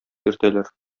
йөртәләр